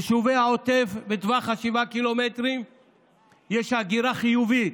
ביישובי העוטף, בטווח 7 ק"מ יש הגירה חיובית.